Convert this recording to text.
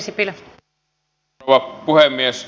arvoisa rouva puhemies